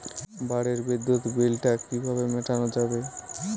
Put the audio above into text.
বাড়ির বিদ্যুৎ বিল টা কিভাবে মেটানো যাবে?